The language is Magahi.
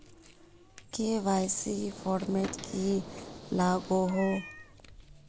के.वाई.सी फॉर्मेट की लागोहो?